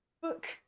book